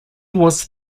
was